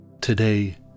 Today